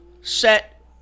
set